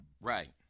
Right